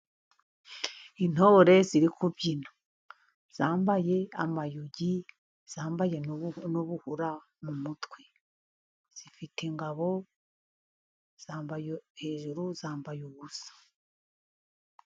Intore ziri kubyina zambaye amayugi, zambaye n'ubuhura mu mutwe zifite ingabo, zambaye hejuru zambaye ubusa.